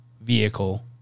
vehicle